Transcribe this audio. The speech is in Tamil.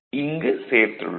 இங்கு சேர்த்துள்ளோம்